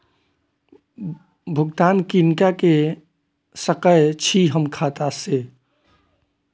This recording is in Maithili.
भुगतान किनका के सकै छी हम खाता से?